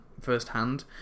firsthand